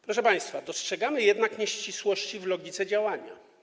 Proszę państwa, dostrzegamy jednak nieścisłości w logice działania.